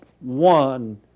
one